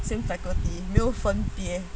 same faculty 没有分别